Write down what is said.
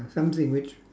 something which